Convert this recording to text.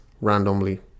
randomly